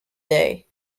day